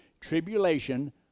tribulation